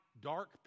Dark